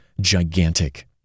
gigantic